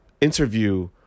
interview